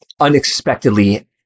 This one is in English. unexpectedly